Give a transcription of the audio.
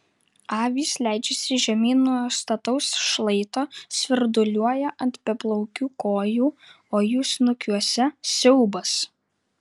avys leidžiasi žemyn nuo stataus šlaito svirduliuoja ant beplaukių kojų o jų snukiuose siaubas